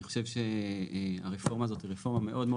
אני חושב שהרפורמה הזאת היא רפורמה מאוד מאוד